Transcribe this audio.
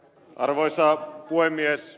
arvoisa puhemies